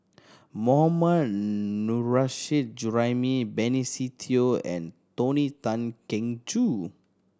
Mohammad Nurrasyid Juraimi Benny Se Teo and Tony Tan Keng Joo